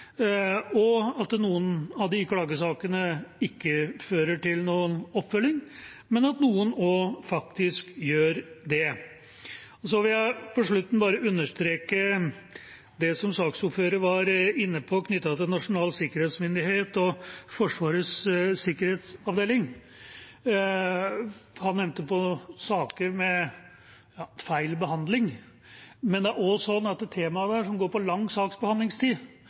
og at noen av klagesakene ikke fører til noen oppfølging – men at noen faktisk gjør det. Og så vil jeg på slutten bare understreke det som saksordføreren var inne på knyttet til Nasjonal sikkerhetsmyndighet og Forsvarets sikkerhetsavdeling. Han nevnte saker med feil behandling, men det at det også er temaer der som går på lang saksbehandlingstid,